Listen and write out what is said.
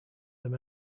them